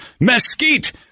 mesquite